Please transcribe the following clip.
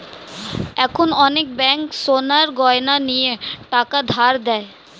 এখন অনেক ব্যাঙ্ক সোনার গয়না নিয়ে টাকা ধার দেয়